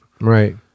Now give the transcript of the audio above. right